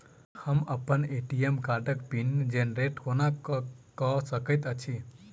हम अप्पन ए.टी.एम कार्डक पिन जेनरेट कोना कऽ सकैत छी?